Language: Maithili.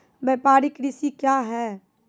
व्यापारिक कृषि क्या हैं?